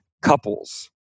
Couples